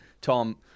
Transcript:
Tom